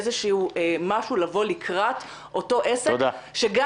איזשהו משהו לבוא לקראת אותו עסק שגם